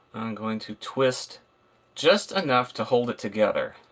going to twist just enough to hold it together.